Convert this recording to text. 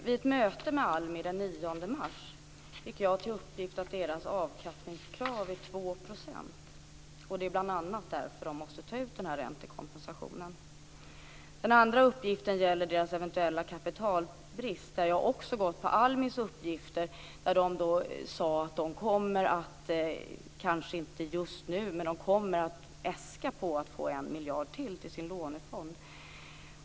Vid ett möte med ALMI den 9 mars fick jag uppgiften att avkastningskravet är 2 % och att det bl.a. är därför man måste ta ut den här räntekompensationen. Den andra uppgiften gäller ALMI:s eventuella kapitalbrist. Här har jag också gått på ALMI:s uppgifter. Man sade att man, om än kanske inte just nu, kommer att äska ytterligare 1 miljard till sin lånefond.